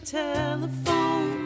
telephone